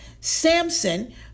Samson